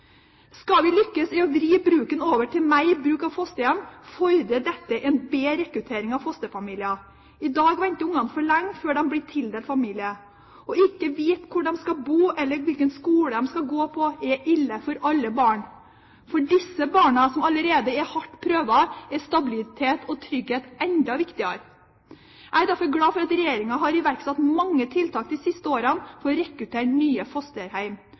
Skal vi lykkes i å vri bruken over til mer bruk av fosterhjem, fordrer dette en bedre rekruttering av fosterfamilier. I dag venter ungene for lenge før de blir tildelt familie. Ikke å vite hvor man skal bo eller hvilken skole man skal gå på, er ille for alle barn. For disse barna, som allerede er hardt prøvet, er stabilitet og trygghet enda viktigere. Jeg er derfor glad for at regjeringen har iverksatt mange tiltak de siste årene for å rekruttere nye